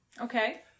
Okay